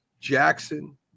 Jackson